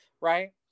Right